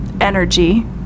energy